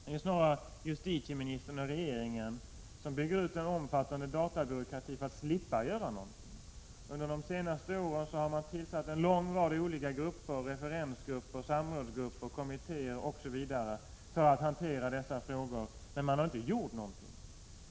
Det är snarare justitieministern och regeringen som bygger ut en omfattande databyråkrati för att slippa göra någonting. Under de senaste åren har man tillsatt en lång rad olika grupper, referensgrupper, samrådsgrupper, kommittéer osv. för att hantera dessa frågor, men man har inte gjort någonting påtagligt.